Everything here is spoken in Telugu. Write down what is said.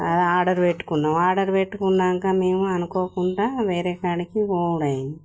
అది ఆర్డర్ పెట్టుకున్నాము ఆర్డర్ పెట్టుకున్నాక మేము అనుకోకుండాా వేరే కాడికి పోవాలి